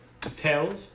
Tails